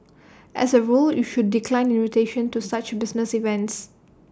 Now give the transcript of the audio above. as A rule you should decline invitations to such business events